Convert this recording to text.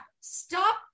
Stop